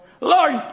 Lord